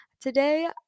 today